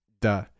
duh